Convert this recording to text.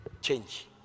Change